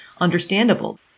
understandable